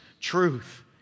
truth